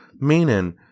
meaning